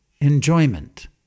enjoyment